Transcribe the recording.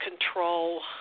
control